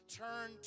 turn